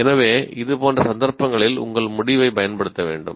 எனவே இதுபோன்ற சந்தர்ப்பங்களில் உங்கள் முடிவைப் பயன்படுத்த வேண்டும்